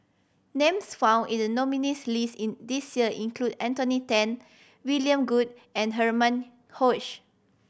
names found in the nominees' list in this year include Anthony Then William Goode and Herman